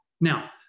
Now